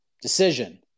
Decision